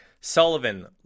Sullivan